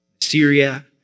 Syria